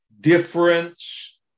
difference